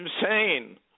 insane